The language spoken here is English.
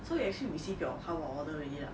so you actually receive your 淘宝 order already lah